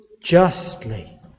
justly